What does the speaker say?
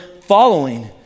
following